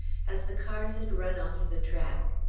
as the cars had run off the track.